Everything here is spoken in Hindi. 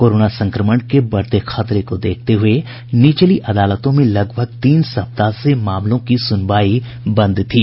कोरोना संक्रमण के बढ़ते खतरे को देखते हुए निचली अदालतों में लगभग तीन सप्ताह से मामलों की सुनवाई बंद थी